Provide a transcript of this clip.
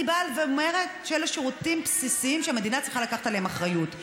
אני באה ואומרת שאלה שירותים בסיסיים שהמדינה צריכה לקחת עליהם אחריות.